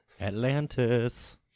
Atlantis